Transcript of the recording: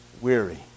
weary